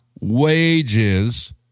wages